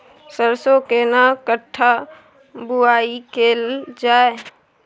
सरसो केना कट्ठा बुआई कैल जाय?